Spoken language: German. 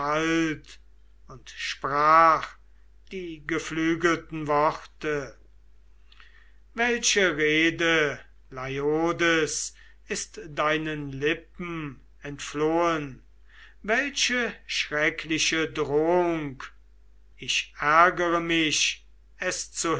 und sprach die geflügelten worte welche rede leiodes ist deinen lippen entflohen welche schreckliche drohung ich ärgere mich es